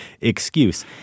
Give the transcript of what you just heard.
excuse